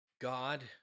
God